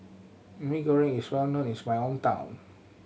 Mee Goreng is well known in my hometown